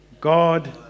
god